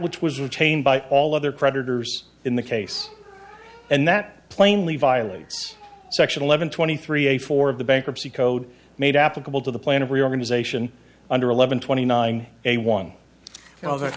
which was retained by all other creditors in the case and that plainly violates section eleven twenty three eight four of the bankruptcy code made applicable to the plan of reorganization under eleven twenty nine a one well th